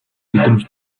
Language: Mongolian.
мэдрэмж